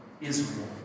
Israel